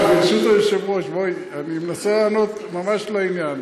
ברשות היושב-ראש, אני מנסה לענות ממש לעניין.